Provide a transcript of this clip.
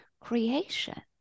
creation